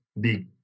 big